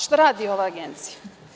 Šta radi ova agencija?